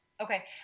Okay